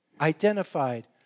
identified